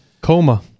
coma